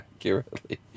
accurately